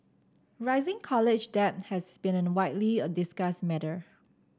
rising college debt has been a widely a discussed matter